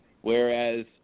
whereas